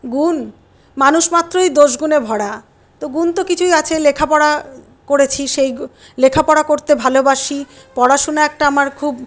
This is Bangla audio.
গুণ মানুষ মাত্রই দোষগুণে ভরা তো গুণ তো কিছু আছেই লেখাপড়া করেছি সেই লেখাপড়া করতে ভালোবাসি পড়াশুনা একটা আমার খুব